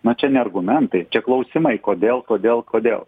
na čia ne argumentai čia klausimai kodėl kodėl kodėl